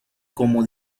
como